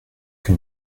que